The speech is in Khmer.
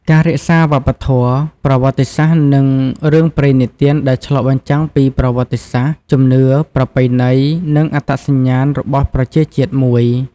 ការរក្សាវប្បធម៌ ប្រវត្តិសាស្ត្រនឹងរឿងព្រេងនិទានដែរឆ្លុះបញ្ចាំងពី ប្រវត្តិសាស្ត្រ ជំនឿ ប្រពៃណី និង អត្តសញ្ញាណ របស់ប្រជាជាតិមួយ ។